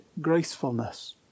gracefulness